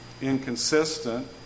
inconsistent